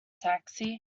taxi